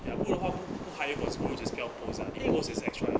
ya 不人话不 hire must hire this kind posts post is extra effort